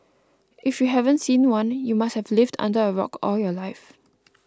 if you haven't seen one you must have lived under a rock all your life